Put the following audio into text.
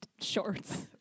shorts